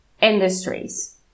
industries